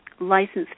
licensed